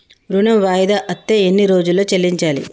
ఋణం వాయిదా అత్తే ఎన్ని రోజుల్లో చెల్లించాలి?